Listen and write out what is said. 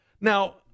Now